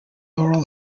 laurel